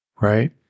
right